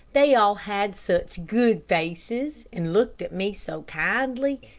they all had such good faces, and looked at me so kindly,